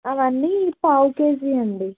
అవన్నీ పావు కేజీ అండి